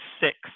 six